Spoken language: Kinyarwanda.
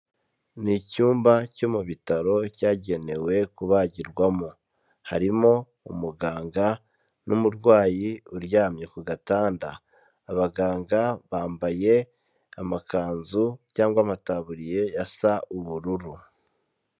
Ni icyumba cyo mu bitaro cyagenewe kubagirwamo, harimo umuganga n'umurwayi uryamye ku gatanda, abaganga bambaye amakanzu cyangwa amataburiye yasa ubururu.